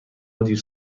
مدیر